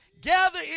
gather